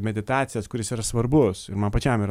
meditacijas kuris yra svarbus ir man pačiam yra